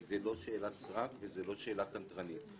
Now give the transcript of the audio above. כי זאת לא שאלת סרק וזאת לא שאלה קנטרנית,